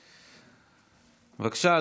בבקשה,